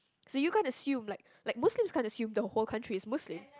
so you can't assume like like Muslims can't assume the whole country is Muslim